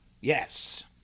Yes